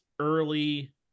early